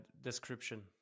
description